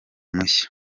mushya